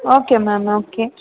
okay ma'am okay